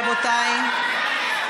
רבותיי.